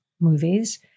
movies